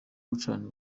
gucana